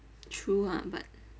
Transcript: true ah but